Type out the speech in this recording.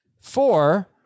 Four